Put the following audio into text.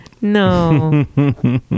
No